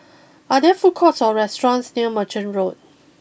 are there food courts or restaurants near Merchant Road